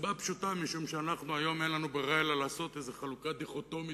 מסיבה פשוטה: משום שהיום אין לנו ברירה אלא לעשות איזו חלוקה דיכוטומית.